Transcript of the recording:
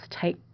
take